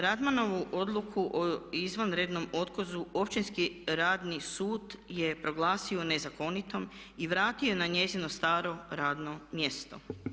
Radmanovu odluku o izvanrednom otkazu Općinski radni sud je proglasio nezakonitom i vratio je na njezino staro radno mjesto.